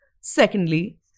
Secondly